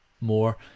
more